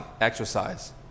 exercise